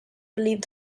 believed